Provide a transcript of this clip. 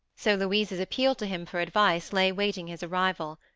so louise's appeal to him for advice lay waiting his arrival.